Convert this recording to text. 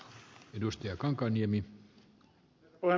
herra puhemies